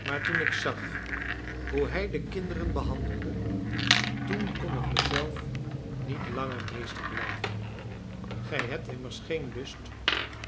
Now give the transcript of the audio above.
maar toen ik zag hoe hij de kinderen behandelde toen kon ik mezelf niet langer meester blijven gij hebt immers geen lust